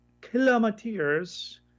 kilometers